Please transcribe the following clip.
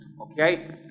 Okay